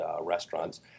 restaurants